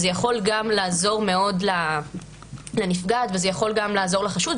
זה יכול לעזור מאוד לנפגעת וזה יכול לעזור לחשוד.